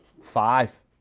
five